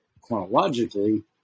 chronologically